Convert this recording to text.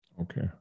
okay